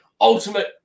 ultimate